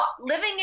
living